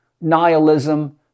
nihilism